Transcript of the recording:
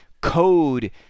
code